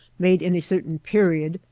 made in a certain period,